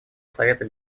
совета